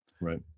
Right